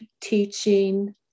teaching